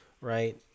right